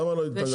למה לא התנגדתם?